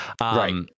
Right